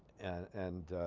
and